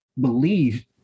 believe